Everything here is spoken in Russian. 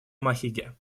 махиге